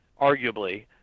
arguably